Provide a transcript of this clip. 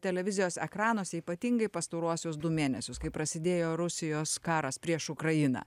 televizijos ekranuose ypatingai pastaruosius du mėnesius kai prasidėjo rusijos karas prieš ukrainą